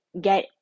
get